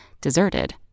Deserted